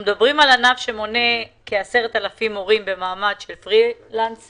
אנחנו מדברים על ענף שמונה כ-10,000 מורים במעמד של פרילנסרים